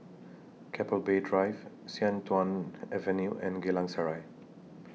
Keppel Bay Drive Sian Tuan Avenue and Geylang Serai